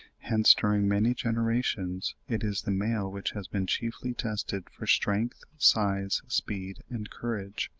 hence, during many generations, it is the male which has been chiefly tested for strength, size, speed, and courage,